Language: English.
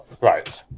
right